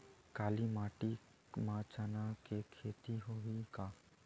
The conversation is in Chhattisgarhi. काली माटी म चना के खेती होही का?